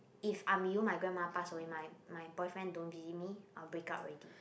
if I'm you my grandma pass away my my boyfriend don't believe me I will break up already